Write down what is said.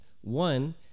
One